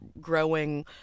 growing